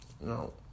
No